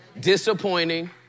disappointing